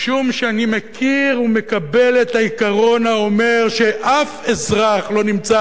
משום שאני מכיר ומקבל את העיקרון האומר שאף אזרח לא נמצא